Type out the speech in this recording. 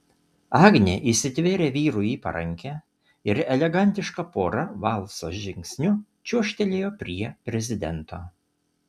agnė įsitvėrė vyrui į parankę ir elegantiška pora valso žingsniu čiuožtelėjo prie prezidento